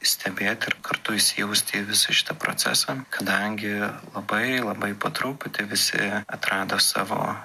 stebėt ir kartu įsijausti į visą šitą procesą kadangi labai labai po truputį visi atrado savo